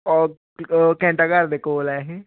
ਔਰ ਘੈਂਟਾ ਘਰ ਦੇ ਕੋਲ ਹੈ ਇਹ